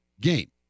game